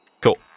cool